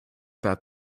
that